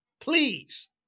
Please